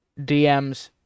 DMs